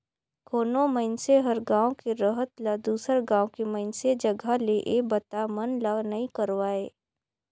कोनो मइनसे हर गांव के रहत ल दुसर गांव के मइनसे जघा ले ये बता मन ला नइ करवाय